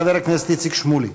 חבר הכנסת איציק שמולי.